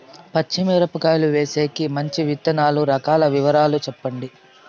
పచ్చి మిరపకాయలు వేసేకి మంచి విత్తనాలు రకాల వివరాలు చెప్పండి?